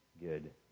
good